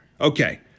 Okay